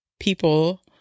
People